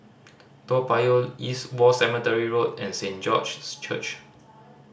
Toa Payoh East War Cemetery Road and Saint George's Church